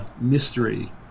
mystery